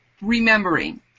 remembering